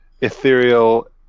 ethereal